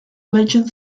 legend